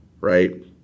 right